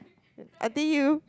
I see you